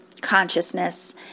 consciousness